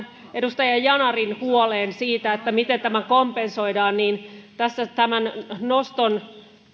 edustaja yanarin huoleen siitä miten tämä kompensoidaan tässä tämän